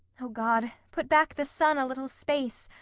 o god, put back the sun a little space,